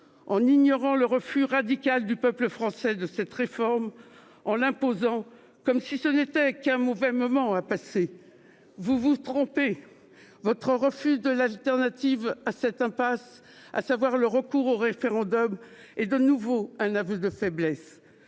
en ignorant le refus radical de cette réforme par le peuple français, en l'imposant comme si ce n'était qu'un mauvais moment à passer. Vous vous trompez ! Votre refus de la solution de cette impasse, à savoir le recours au référendum, est un nouvel aveu de faiblesse.